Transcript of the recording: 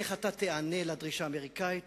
איך אתה תיענה לדרישה האמריקנית.